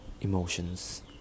emotions